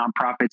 nonprofits